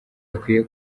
akwiye